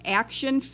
action